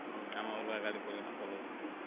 ଆମେ ଅଲ୍ଗା ଗାଡ଼ି କରିକିନା ପଲଉଚୁଁ